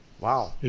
Wow